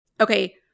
Okay